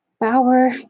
Power